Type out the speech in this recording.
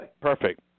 Perfect